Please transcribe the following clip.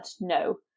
no